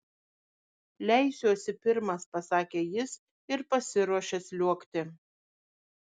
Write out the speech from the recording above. leisiuosi pirmas pasakė jis ir pasiruošė sliuogti